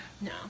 No